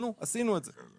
היכן שיכולנו, עשינו את זה.